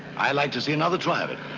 i'd like to see another try of it.